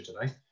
today